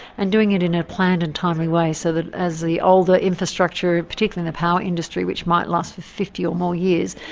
and doing it in a planned and timely way, so that as the older infrastructure, particularly in the power industry, which might last for fifty or more years.